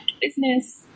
business